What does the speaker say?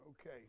Okay